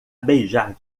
beijar